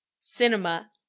cinema